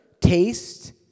taste